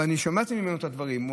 אבל אני שמעתי ממנו את הדברים.